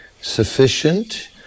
sufficient